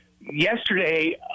yesterday